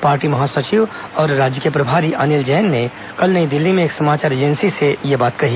party महासचिव और राज्य के प्रभारी अनिल जैन ने कल नई दिल्ली में एक समाचार एजेंसी से यह बात कही